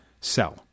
sell